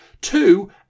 two